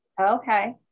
Okay